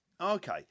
okay